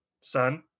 son